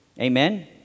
Amen